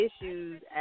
issues